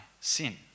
sin